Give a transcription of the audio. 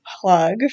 plug